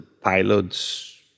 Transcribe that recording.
pilots